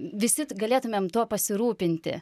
visi galėtumėm tuo pasirūpinti